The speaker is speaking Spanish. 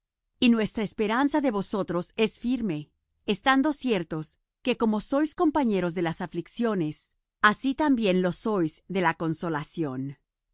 y nuestra esperanza de vosotros es firme estando ciertos que como sois compañeros de las aflicciones así también lo sois de la consolación